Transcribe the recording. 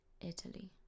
Italy